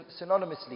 synonymously